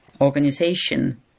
organization